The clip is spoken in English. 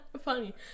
funny